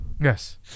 Yes